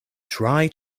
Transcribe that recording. try